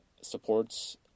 supports